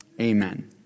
Amen